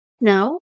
no